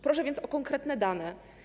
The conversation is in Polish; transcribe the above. Proszę więc o konkretne dane.